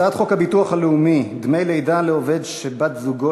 הצעת חוק הביטוח הלאומי (דמי לידה לעובד שבת-זוגו